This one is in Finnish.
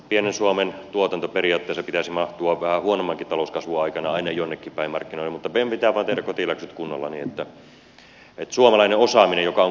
pienen suomen tuotannon periaatteessa pitäisi mahtua vähän huonommankin talouskasvun aikana aina jonnekin päin markkinoille mutta meidän pitää vain tehdä kotiläksyt kunnolla niin että suomalainen osaaminen joka on